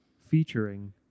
featuring